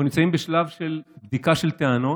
אנחנו נמצאים בשלב של בדיקה של טענות.